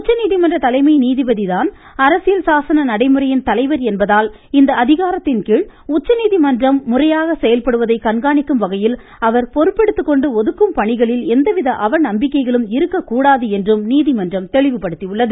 உச்சநீதிமன்ற தலைமை நீதிபதிதான் அரசியல் சாசன நடைமுறையின்படி உயர்ந்தவர் என்பதால் இந்த அதிகாரத்தின்கீழ் உச்சநீதிமன்றம் முறையாக செயல்படுவதை கண்காணிக்கும் வகையில் அவர் பொறுப்பெடுத்துக்கொண்டு ஒதுக்கும் பணிகளில் எந்தவித அவநம்பிக்கைகளும் இருக்கக்கூடாது என்றும் நீதிமன்றம் தெளிவுபடுத்தியுள்ளது